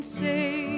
say